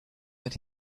that